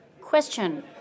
question